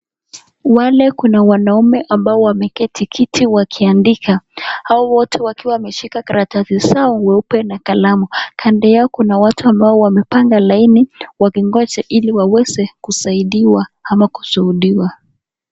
Wanaume ambao wameketi kiti wakiandika wakiwa wameshika karatasi zao weupe na kalamu kando yao kuna watu ambao wamepanga laini wakingonja ili waweze kusaidiwa ama kushuhudiwa.